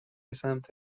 سمت